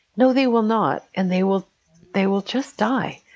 no, they will not. and they will they will just die.